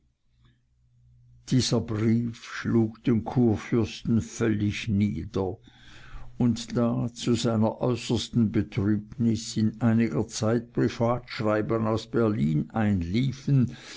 dieser brief schlug den kurfürsten völlig nieder und da zu seiner äußersten betrübnis in einiger zeit privatschreiben aus berlin einliefen